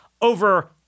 over